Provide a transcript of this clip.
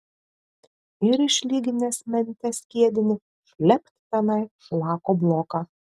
ir išlyginęs mente skiedinį šlept tenai šlako bloką